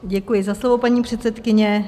Děkuji za slovo, paní předsedkyně.